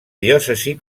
diòcesi